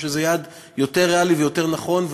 שזה יהיה יעד יותר ריאלי ויותר נכון.